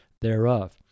thereof